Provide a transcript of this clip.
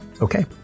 Okay